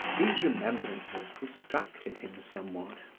these remembrances distracted him somewhat.